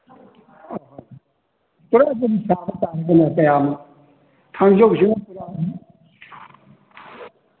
ꯀꯌꯥꯃꯨꯛ ꯊꯥꯡꯖꯧꯁꯤꯃ ꯄꯨꯔꯥ